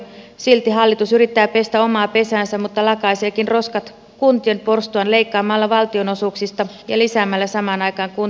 silti hallitus yrittää pestä omaa pesäänsä mutta lakaiseekin roskat kuntien porstuaan leikkaamalla valtionosuuksista ja lisäämällä samaan aikaan kuntien tehtäviä